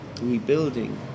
rebuilding